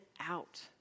out